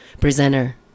presenter